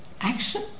action